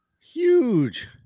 huge